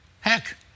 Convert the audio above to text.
Heck